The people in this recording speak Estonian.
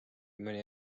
mõni